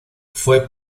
fue